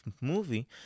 movie